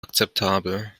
akzeptabel